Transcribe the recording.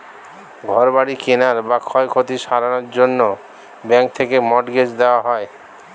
ঘর বাড়ি কেনার বা ক্ষয়ক্ষতি সারানোর জন্যে ব্যাঙ্ক থেকে মর্টগেজ দেওয়া হয়